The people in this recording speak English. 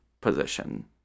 position